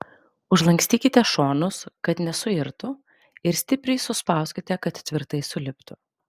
užlankstykite šonus kad nesuirtų ir stipriai suspauskite kad tvirtai suliptų